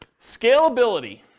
Scalability